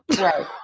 Right